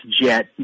jet